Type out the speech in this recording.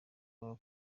baba